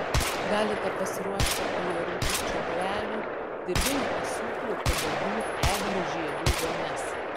galite pasiruošti ajerų ir čiobrelių dirvinių asiūklių kadagių eglių žievių vonias